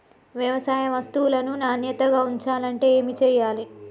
వ్యవసాయ వస్తువులను నాణ్యతగా ఉంచాలంటే ఏమి చెయ్యాలే?